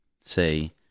say